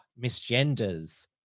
misgenders